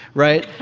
right?